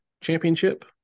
championship